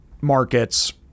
markets